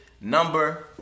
number